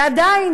ועדיין,